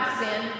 sin